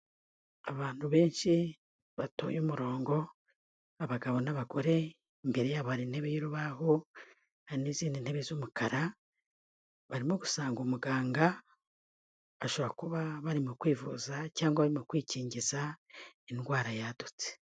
Abantu benshi batoye umurongo, abagabo n'abagore imbere yabo hari intebe y'urubaho, hari n'izindi ntebe z'umukara, barimo gusanga umuganga, bashobora kuba bari mu kwivuza cyangwa mu kwikingiza indwara yadutse.